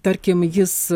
tarkim jis